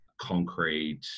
concrete